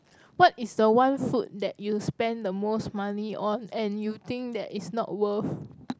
what is the one food that you spend the most money on and you think that it's not worth